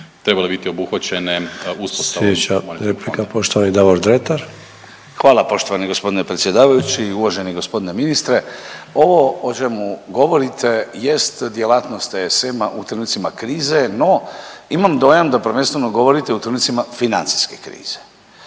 Dretar. **Dretar, Davor (DP)** Hvala poštovani gospodine predsjedavajući. Uvaženi gospodine ministre ovo o čemu govorite jest djelatnost ESM-a u trenucima krize. No, imam dojam da prvenstveno govorite o trenucima financijske krize.